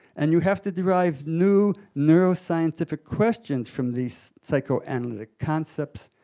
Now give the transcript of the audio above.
and you have to derive new neuroscientific questions from these psychoanalytic concepts,